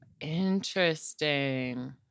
Interesting